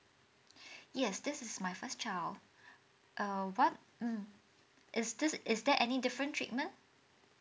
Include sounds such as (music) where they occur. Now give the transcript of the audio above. (breath) yes this is my first child err what mm is this is there any different treatment